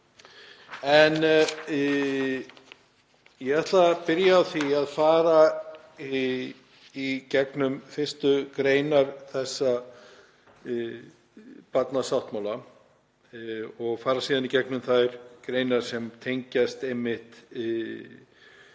Ég ætla að byrja á því að fara í gegnum fyrstu greinar barnasáttmálans og fara síðan í gegnum þær greinar sem tengjast því